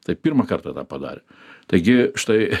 tai pirmą kartą tą padarė taigi štai